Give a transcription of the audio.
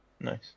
nice